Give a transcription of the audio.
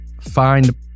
find